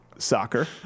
Soccer